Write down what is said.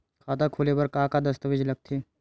खाता खोले बर का का दस्तावेज लगथे?